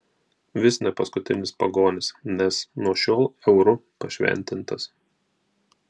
vis ne paskutinis pagonis nes nuo šiol euru pašventintas